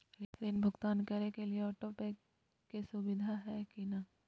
ऋण भुगतान करे के लिए ऑटोपे के सुविधा है की न?